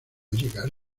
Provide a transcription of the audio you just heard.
llegar